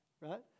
right